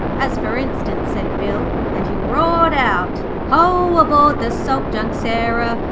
as for instance said bill, and he roared out ho, aboard the salt junk sarah,